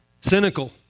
Cynical